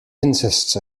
consists